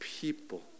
people